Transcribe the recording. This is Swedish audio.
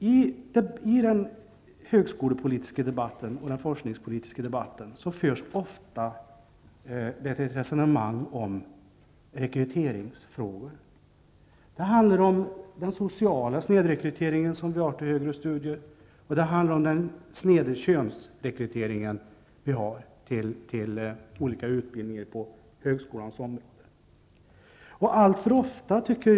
I den högskolepolitiska och forskningspolitiska debatten förs ofta ett resonemang om rekryteringsfrågor. Det handlar om den sociala snedrekryteringen till högre studier och om den sneda könsfördelningen vid rekrytering till olika utbildningar på högskolans område.